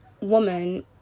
woman